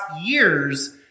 years